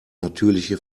natürliche